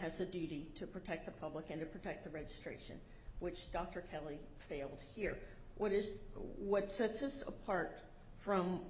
has a duty to protect the public and to protect the registration which dr kelly failed here what is what sets us apart from